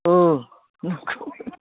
अ